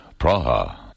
Praha